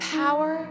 power